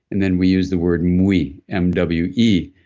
and then we use the word mwe, m w e,